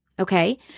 Okay